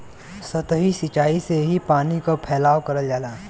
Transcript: सतही सिचाई से ही पानी क फैलाव करल जाला